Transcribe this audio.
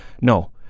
No